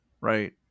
Right